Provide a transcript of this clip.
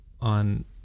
on